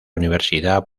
universidad